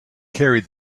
carried